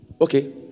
Okay